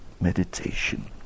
meditation